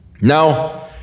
Now